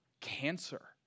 cancer